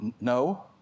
No